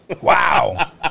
Wow